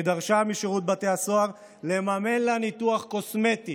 שדרשה משירות בתי הסוהר לממן לה ניתוח קוסמטי